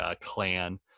clan